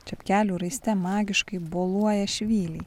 čepkelių raiste magiškai boluoja švyliai